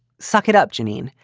suck it up, janine.